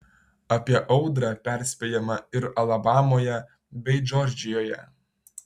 apie audrą perspėjama ir alabamoje bei džordžijoje